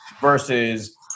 versus